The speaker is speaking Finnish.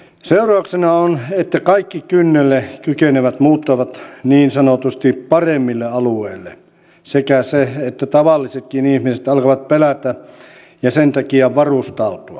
seurauksena on se että kaikki kynnelle kykenevät muuttavat niin sanotusti paremmille alueille sekä se että tavallisetkin ihmiset alkavat pelätä ja sen takia varustautua